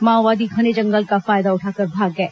माओवादी घने जंगल का फायदा उठाकर भाग गए